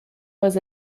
was